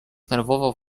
nerwowo